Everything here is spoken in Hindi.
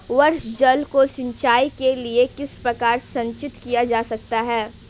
वर्षा जल को सिंचाई के लिए किस प्रकार संचित किया जा सकता है?